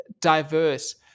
diverse